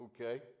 Okay